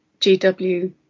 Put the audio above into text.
GW